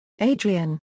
Adrian